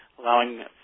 allowing